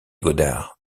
godard